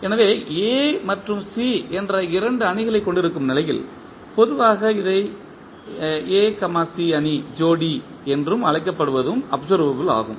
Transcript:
எனவே A மற்றும் C என்ற இரண்டு அணிகளைக் கொண்டிருக்கும் நிலையில் பொதுவாக இதை A C ஜோடி என்றும் அழைக்கப்படுவதுவும் அப்சர்வபில் ஆகும்